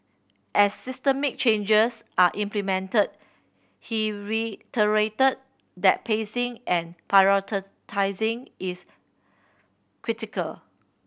as systemic changes are implemented he reiterated that pacing and is critical